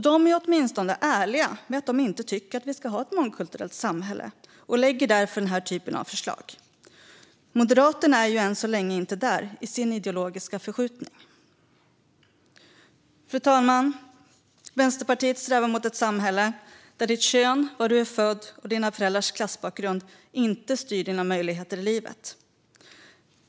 De är åtminstone ärliga med att de inte tycker vi ska ha ett mångkulturellt samhälle och lägger därför fram förslag som detta. Moderaterna är än så länge inte där i sin ideologiska förskjutning. Fru talman! Vänsterpartiet strävar mot ett samhälle där ditt kön, var du är född och dina föräldrars klassbakgrund inte styr dina möjligheter i livet.